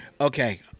Okay